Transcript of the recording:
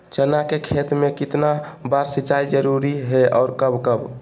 चना के खेत में कितना बार सिंचाई जरुरी है और कब कब?